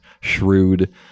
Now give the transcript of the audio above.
Shrewd